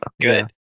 good